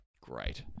great